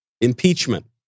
impeachment